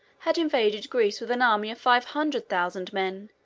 had invaded greece with an army of five hundred thousand men,